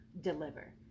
deliver